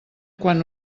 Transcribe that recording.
quan